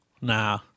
nah